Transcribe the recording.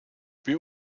wir